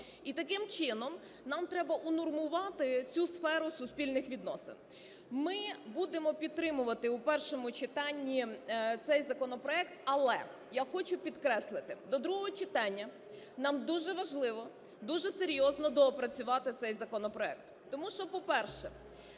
І, таким чином, нам треба унормувати цю сферу суспільних відносин. Ми будемо підтримувати у першому читанні цей законопроект. Але я хочу підкреслити, до другого читання нам дуже важливо дуже серйозно доопрацювати цей законопроект. Тому що, по-перше,